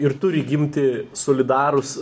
ir turi gimti solidarūs